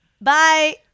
Bye